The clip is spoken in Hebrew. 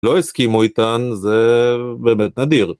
לא הסכימו איתן זה באמת נדיר